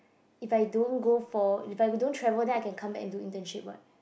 if I don't go for if I don't travel then I can come back and do internship [what]